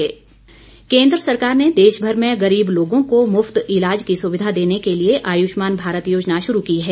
आयुष्मान भारत केंद्र सरकार ने देश भर में गरीब लोगों को मुफ्त इलाज की सुविधा देने के लिए आयुष्मान भारत योजना शुरू की है